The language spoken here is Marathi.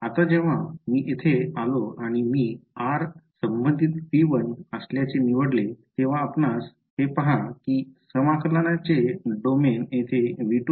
आता जेव्हा मी येथे आलो आणि मी r संबंधित V1 असल्याचे निवडले तेव्हा आपणास हे पहा की समाकलनाचे डोमेन येथे V2 च राहिले